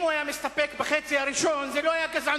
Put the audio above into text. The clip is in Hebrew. אם הוא היה מסתפק בחצי הראשון זה לא היה גזענות,